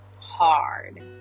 hard